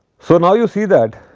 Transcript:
so, now you see that